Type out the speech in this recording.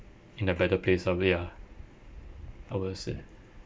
in a better place I will say